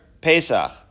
Pesach